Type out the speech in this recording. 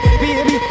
baby